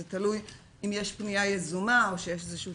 זה תלוי אם יש פנייה יזומה או שיש איזשהו